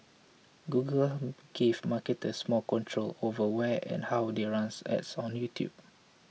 Google gave marketers more control over where and how they run ads on YouTube